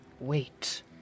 Wait